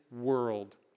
world